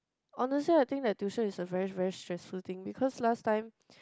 honestly I think that tuition is a very very stressful thing because last time